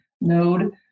node